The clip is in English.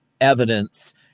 evidence